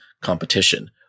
competition